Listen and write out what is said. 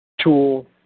tool